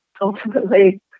ultimately